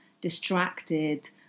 distracted